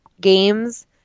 Games